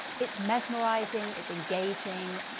it's mesmerizing, it's engaging.